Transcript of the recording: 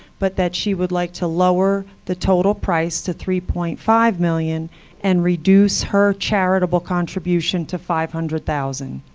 but that she would like to lower the total price to three point five million dollars and reduce her charitable contribution to five hundred thousand